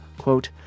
quote